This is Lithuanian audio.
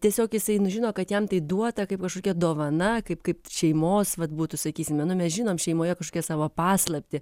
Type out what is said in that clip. tiesiog jisai nu žino kad jam tai duota kaip kažkokia dovana kaip kaip šeimos vat būtų sakysime nu mes žinom šeimoje kažkokią savo paslaptį